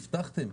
הבטחתם,